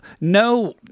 no